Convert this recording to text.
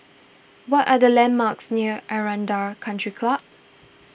what are the landmarks near Aranda Country Club